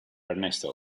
ernesto